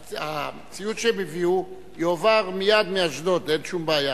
הציוד שהם הביאו יועבר מייד מאשדוד, אין שום בעיה.